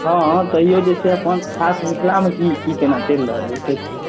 हँ तैओ जे छै अपन खास मिथिलामे की की केना चलि रहल यए से कहू